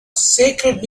sacred